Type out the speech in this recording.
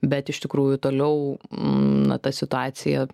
bet iš tikrųjų toliau na ta situacija